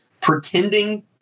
Pretending